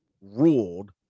ruled